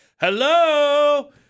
Hello